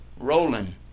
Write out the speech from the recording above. Rolling